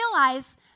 realize